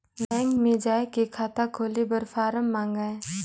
Bank मे जाय के खाता खोले बर फारम मंगाय?